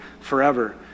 forever